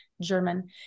German